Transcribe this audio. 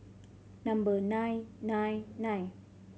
number nine nine nine